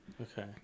okay